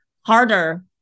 harder